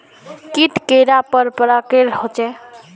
कीट कैडा पर प्रकारेर होचे?